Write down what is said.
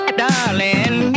darling